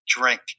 Drink